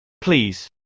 Please